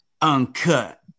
uncut